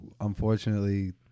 unfortunately